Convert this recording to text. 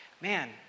man